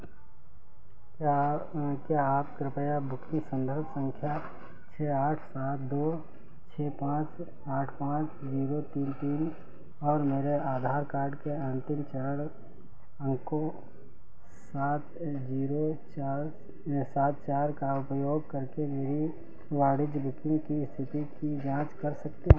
क्या क्या आप कृपया बुकिंग संदर्भ संख्या छः आठ सात दो छः पाँच आठ पाँच ज़ीरो तीन तीन और मेरे आधार कार्ड के अंतिम चार अंकों सात ज़ीरो चार सात चार का उपयोग करके मेरी वाणिज्य बुकिंग की स्थिति की जाँच कर सकते हैं